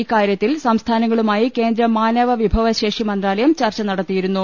ഇക്കാര്യത്തിൽ സംസ്ഥാനങ്ങളുമായി കേന്ദ്രമാനവ വിഭവ ശേഷി മന്ത്രാലയം ചർച്ച നടത്തിയിരുന്നു